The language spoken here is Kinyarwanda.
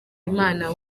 imana